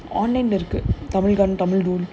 online leh இருக்கு:irukku